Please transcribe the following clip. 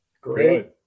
Great